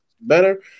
better